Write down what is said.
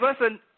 listen